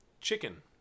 chicken